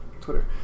Twitter